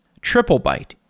TripleByte